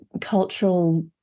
cultural